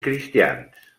cristians